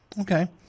okay